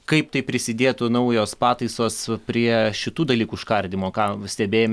kaip tai prisidėtų naujos pataisos prie šitų dalykų užkardymo ką stebėjom